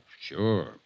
sure